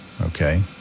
Okay